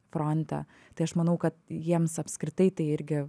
fronte tai aš manau kad jiems apskritai tai irgi